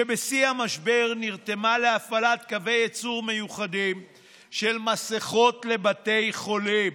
שבשיא המשבר נרתמה להפעלת קווי ייצור מיוחדים למסכות לבתי חולים